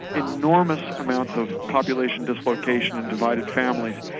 enormous amounts of population dislocation and divided families,